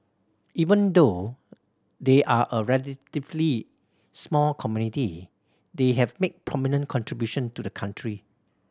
even though they are a relatively small community they have made prominent contribution to the country